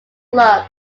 club